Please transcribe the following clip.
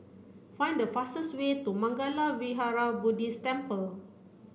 find the fastest way to Mangala Vihara Buddhist Temple